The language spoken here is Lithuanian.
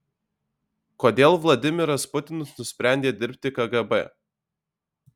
kodėl vladimiras putinas nusprendė dirbti kgb